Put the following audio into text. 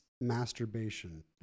masturbation